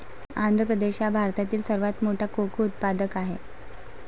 आंध्र प्रदेश हा भारतातील सर्वात मोठा कोको उत्पादक आहे